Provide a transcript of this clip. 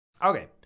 Okay